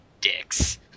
dicks